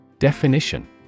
Definition